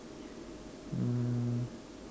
mm